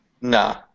Nah